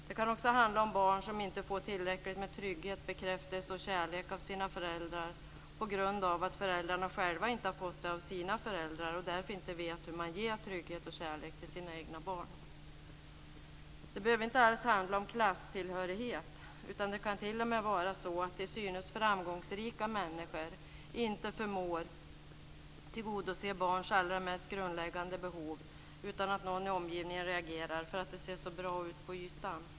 Det kan också handla om barn som inte får tillräckligt med trygghet, bekräftelse och kärlek av sina föräldrar på grund av att föräldrarna inte själva har fått det av sina föräldrar, och därför inte vet hur man ger trygghet och kärlek till sina egna barn. Det behöver inte alls handla om klasstillhörighet. Det kan t.o.m. vara så att till synes framgångsrika människor inte förmår tillgodose barns allra mest grundläggande behov utan att någon i omgivningen reagerar eftersom det ser så bra ut på ytan.